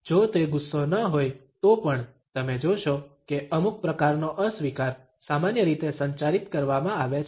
જો તે ગુસ્સો ન હોય તો પણ તમે જોશો કે અમુક પ્રકારનો અસ્વીકાર સામાન્ય રીતે સંચારિત કરવામાં આવે છે